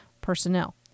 personnel